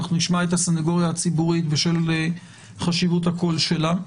אנחנו נשמע את הסנגוריה הציבורית בשל חשיבות הקול שלה.